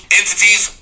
entities